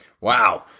Wow